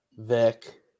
Vic